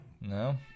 No